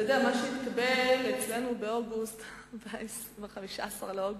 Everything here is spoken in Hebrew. אתה יודע, מה שהתקבל אצלנו ב-15 באוגוסט,